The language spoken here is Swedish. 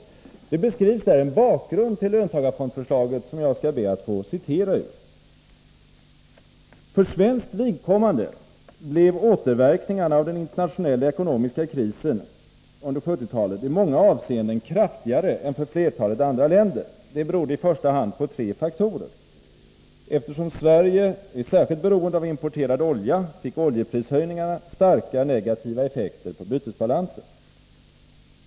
I propositionen beskrivs en bakgrund till löntagarfondsförslaget som jag skall be att få citera ur: ”För svenskt vidkommande blev ju återverkningarna av den internationella ekonomiska krisen i många avseenden kraftigare än för flertalet andra länder. Detta berodde i första hand på tre faktorer. — Eftersom Sverige är särskilt beroende av importerad olja fick oljeprishöjningarna starka negativa effekter på bytesbalansen.